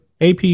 AP